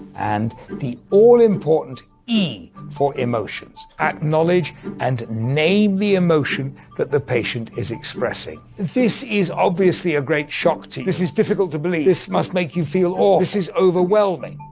and the all-important e for emotions. acknowledge and name the emotion that the patient is expressing this is obviously a great shock to you. this is difficult to believe. this must make you feel awful. this is overwhelming.